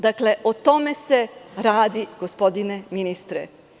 Dakle, o tome se radi, gospodine ministre.